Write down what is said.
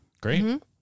Great